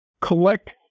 Collect